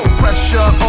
pressure